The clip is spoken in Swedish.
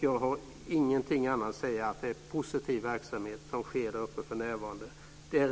Jag har inget annat att säga än att det är en positiv verksamhet som sker däruppe för närvarande. Det är